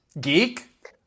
geek